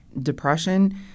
depression